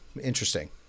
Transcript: interesting